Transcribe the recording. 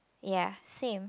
ya same